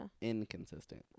Inconsistent